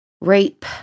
rape